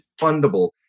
fundable